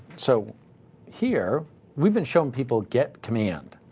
so here we've been showing people get command.